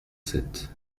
sept